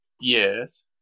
Yes